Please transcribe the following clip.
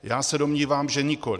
Já se domnívám, že nikoliv.